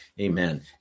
amen